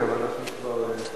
אנחנו כנראה נציע לדון בוועדה,